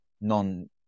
non